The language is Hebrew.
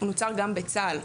הוא נוצר גם בצה"ל.